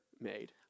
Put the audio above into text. made